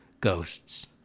ghosts